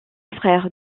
frère